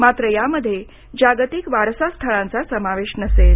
मात्र यामध्ये जागतिक वारसा स्थळांचा समावेश नसेल